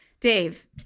Dave